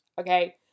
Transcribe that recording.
okay